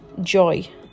joy